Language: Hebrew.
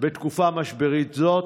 בתקופה משברית זו?